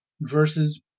versus